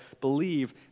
believe